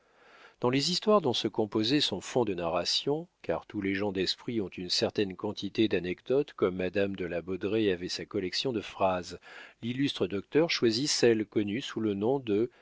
dans les histoires dont se composait son fonds de narration car tous les gens d'esprit ont une certaine quantité d'anecdotes comme madame de la baudraye avait sa collection de phrases l'illustre docteur choisit celle connue sous le nom de